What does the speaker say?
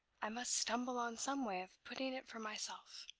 i must stumble on some way of putting it for myself.